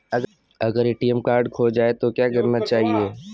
अगर ATM card खो जाए तो क्या करना चाहिए?